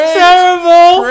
terrible